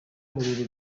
buri